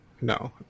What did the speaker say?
No